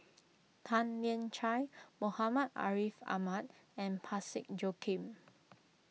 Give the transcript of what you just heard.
Tan Lian Chye Muhammad Ariff Ahmad and Parsick Joaquim